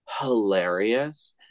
hilarious